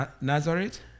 Nazareth